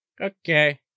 Okay